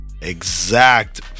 exact